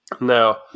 Now